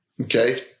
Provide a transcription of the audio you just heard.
Okay